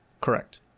Correct